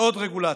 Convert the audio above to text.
בעוד רגולציה,